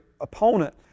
opponent